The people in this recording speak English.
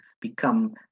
become